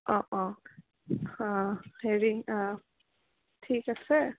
অ' অ' হেৰি ঠিক আছে